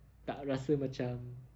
tak rasa macam